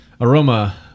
Aroma